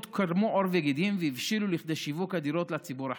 קרמו עור וגידים והבשילו לכדי שיווק הדירות לציבור החרדי.